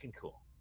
cool